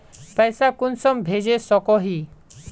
पैसा कुंसम भेज सकोही?